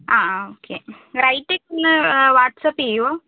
ആ okay rate ഒന്ന് WhatsApp ചെയ്യുമോ